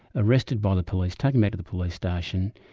arrested by the police, taken back to the police station,